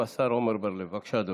ולא